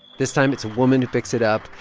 this time, it's a woman who picks it up.